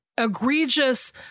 egregious